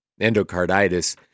endocarditis